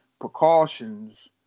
precautions